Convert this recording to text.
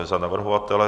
Za navrhovatele?